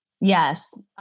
Yes